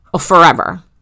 forever